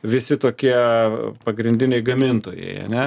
visi tokie pagrindiniai gamintojai ane